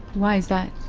why is that?